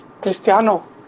Cristiano